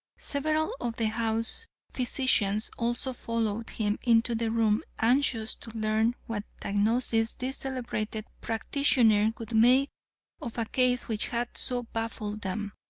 several of the house physicians also followed him into the room anxious to learn what diagnosis this celebrated practitioner would make of a case which had so baffled them.